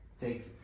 take